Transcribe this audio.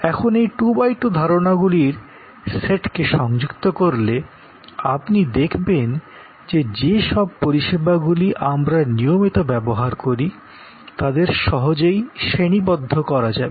এখন এই 2 x 2 ধারণাগুলির সেটকে সংযুক্ত করলে আপনি দেখবেন যে যে সব পরিষেবাগুলি আমরা নিয়মিত ব্যবহার করি তাদের সহজেই শ্রেণীবদ্ধ করা যাবে